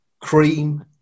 Cream